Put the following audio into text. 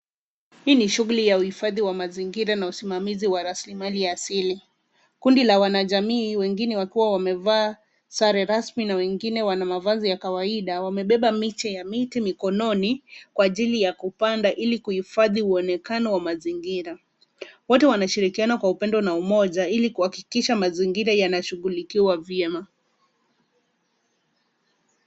Hii shughuli ya hifadhi ya mazingira na usimamizi wa rasilimali ya asili. Kundi la wanajamii wengine wakiwa wamevaa rasmi na wengine wana mavazi ya kawaida wamebeba miche ya miti mikononi kwa ajili ya kupanda ili kuhifadhi onekano wa mazingira. Wote wanashirikiana kwa upendo na umoja ili kuhakikisha mazingira yanashughulikiwa vyema.